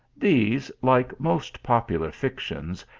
these, like most popular fictions,